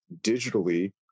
digitally